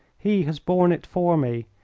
he has borne it for me.